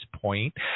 point